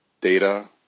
data